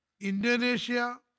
Indonesia